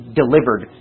delivered